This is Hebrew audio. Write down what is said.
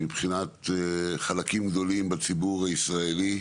מבחינת חלקים גדולים בציבור הישראלי,